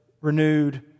renewed